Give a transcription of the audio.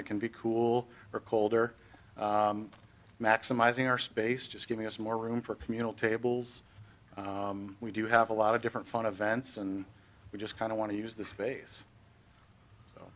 it can be cool or cold or maximizing our space just giving us more room for communal tables we do have a lot of different fun events and we just kind of want to use the space